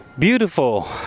Beautiful